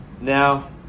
Now